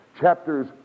Chapters